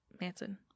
Manson